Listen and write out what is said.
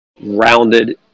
rounded